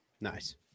nice